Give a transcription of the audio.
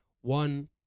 One